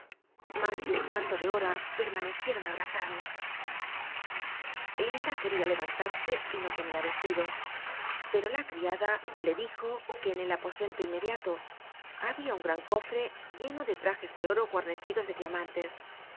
wcs de un cuarto de hora permantc icron abrazado ida c ucria lc anlarsc y no tenía nsliclos pero la criada le dijo que en el apo cn lo inmeclialo habia un biblioteca nacional de españa gran cofre lleno de trajes de oro guarnecidos de diamantes